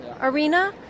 arena